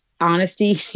honesty